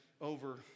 over